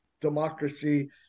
Democracy